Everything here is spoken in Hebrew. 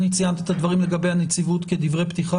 אני ציינתי את הדברים לגבי הנציבות כדברי פתיחה,